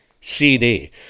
CD